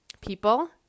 People